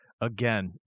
again